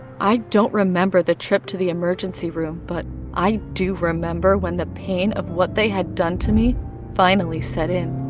i don't remember the trip to the emergency room, but i do remember when the pain of what they had done to me finally set in.